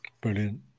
Brilliant